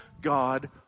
God